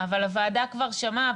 אבל הוועדה כבר שמעה,